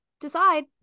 decide